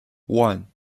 one